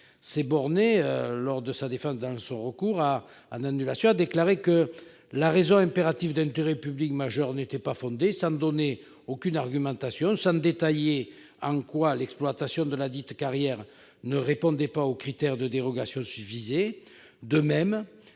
FRENE 66 s'est bornée, dans son recours en annulation, à déclarer que la raison impérative d'intérêt public majeur n'était pas fondée, sans donner aucun argument et sans détailler en quoi l'exploitation de ladite carrière ne répondait pas aux critères de dérogations susvisés.